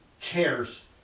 chairs